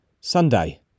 Sunday